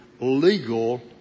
legal